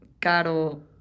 Caro